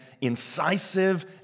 incisive